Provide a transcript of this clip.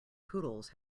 poodles